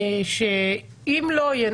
זה שאם לא יהיה,